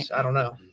i don't know.